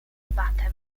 batem